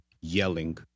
yelling